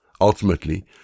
Ultimately